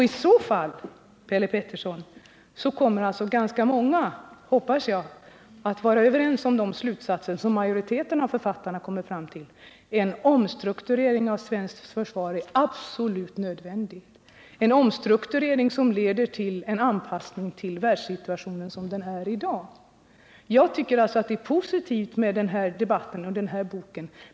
I så fall, Per Petersson, kommer ganska många att vara överens om de slutsatser som majoriteten av författarna kommer fram till, nämligen att en omstrukturering av svenskt försvar är absolut nödvändig, en omstrukturering som leder till en anpassning till världssituationen som den är i dag. Jag tycker alltså att det är positivt med den pågående debatten och med den här boken.